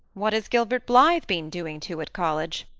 what has gilbert blythe been doing to at college?